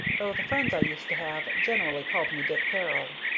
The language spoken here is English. though the friends i used to have generally called me dick peril.